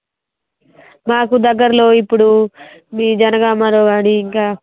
మాకు దగ్గర్లో ఇప్పుడు మీ జనగామాలో కాని ఇంకా